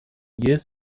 jähes